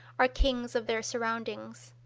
are kings of their surroundings.